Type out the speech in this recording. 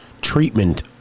treatment